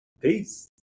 Peace